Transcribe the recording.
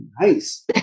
Nice